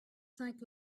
cinq